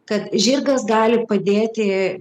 kad žirgas gali padėti